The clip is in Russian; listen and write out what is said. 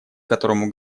которому